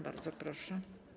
Bardzo proszę.